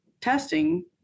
testing